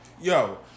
Yo